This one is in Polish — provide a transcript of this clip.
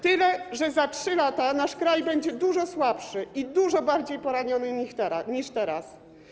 Tyle, że za 3 lata nasz kraj będzie dużo słabszy i dużo bardziej poraniony niż teraz.